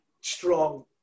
strong